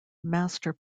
master